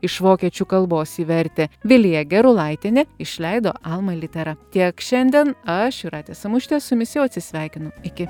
iš vokiečių kalbos jį vertė vilija gerulaitienė išleido alma littera tiek šiandien aš jūratė samušytė su jumis jau atsisveikinu iki